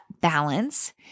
balance